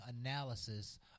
analysis